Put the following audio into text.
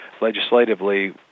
legislatively